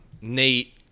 Nate